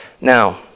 Now